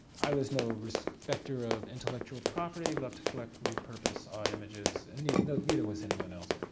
i was no respecter of intellectual property, loved to collect, repurpose, odd images, and you know neither was anyone else.